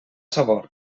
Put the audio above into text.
sabor